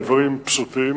הם דברים פשוטים.